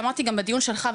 שאמרתי גם בדיון שלך,